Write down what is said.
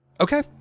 Okay